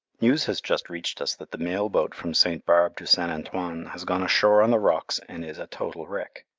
news has just reached us that the mail boat from st. barbe to st. antoine has gone ashore on the rocks and is a total wreck.